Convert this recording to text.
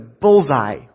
bullseye